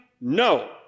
No